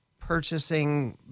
purchasing